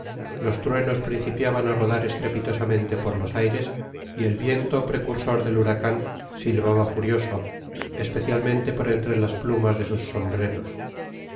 los truenos principiaban á rodar estrepitosamente por los aires y el viento precursor del huracan silbaba furioso especialmente por eatre las plumas do us sombreros